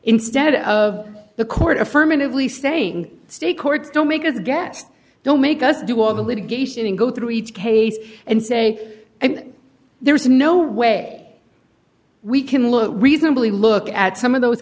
instead of the court affirmatively staying state courts don't make a guest don't make us do all the litigation and go through each case and say and there is no way we can look reasonably look at some of those